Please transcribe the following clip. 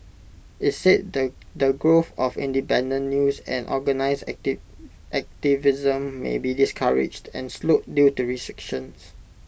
IT said that the the growth of independent news and organised activism may be discouraged and slowed due to restrictions